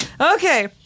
Okay